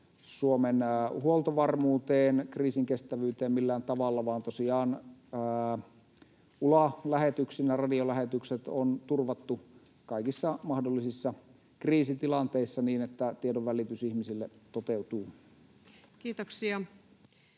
Suomen huoltovarmuuteen, kriisinkestävyyteen millään tavalla, vaan ulalähetyksinä radiolähetykset on turvattu kaikissa mahdollisissa kriisitilanteissa niin, että tiedonvälitys ihmisille toteutuu. [Speech